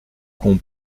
qu’on